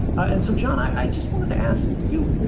and so, john, i just wanted to ask you,